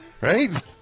Right